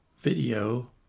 video